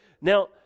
Now